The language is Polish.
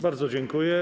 Bardzo dziękuję.